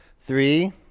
Three